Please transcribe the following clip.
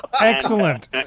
excellent